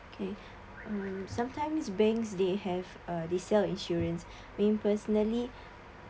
okay um sometimes banks they have uh they sell insurance mean personally